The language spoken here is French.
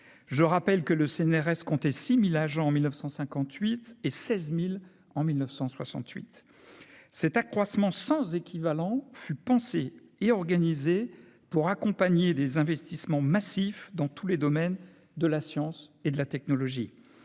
je rappelle que le CNRS compter 6000 agents en 1958 et 16000 en 1968 cet accroissement sans équivalent fut pensé et organisé pour accompagner des investissements massifs dans tous les domaines de la science et de la technologie,